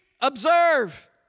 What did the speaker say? Observe